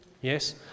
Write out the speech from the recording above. yes